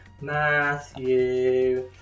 Matthew